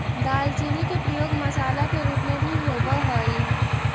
दालचीनी के प्रयोग मसाला के रूप में भी होब हई